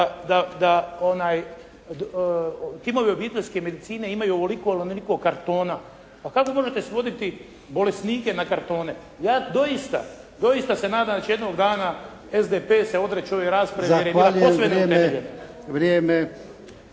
timovi obiteljske medicine imaju ovoliko ili onoliko kartona. Pa kako možete svoditi bolesnike na kartone? Ja doista, doista se nadam da će jednog dana SDP se odreći ove rasprave jer je bila